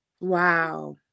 Wow